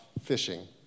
fishing